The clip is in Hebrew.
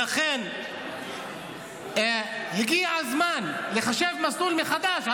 עוד מעט, ולכן הגיע הזמן לחשב מסלול מחדש.